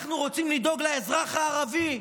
אנחנו רוצים לדאוג לאזרח הערבי.